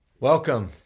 Welcome